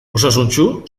osasuntsu